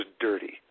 dirty